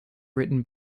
written